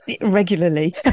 regularly